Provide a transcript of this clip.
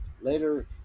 later